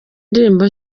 ndirimbo